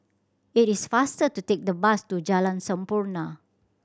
it is faster to take the bus to Jalan Sampurna